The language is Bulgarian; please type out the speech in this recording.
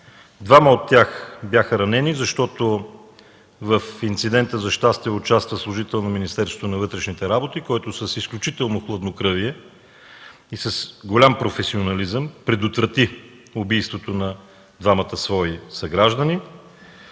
двама от тях бяха ранени, защото в инцидента, за щастие, участва служител на Министерството на вътрешните работи, който с изключително хладнокръвие и с голям професионализъм предотврати убийството на двамата свои съграждани,